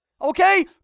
okay